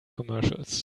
commercials